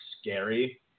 scary